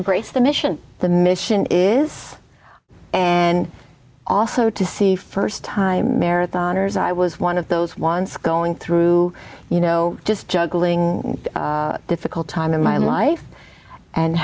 embrace the mission the mission is and also to see st time marathoners i was one of those once going through you know just juggling a difficult time in my life and